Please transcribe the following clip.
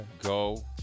go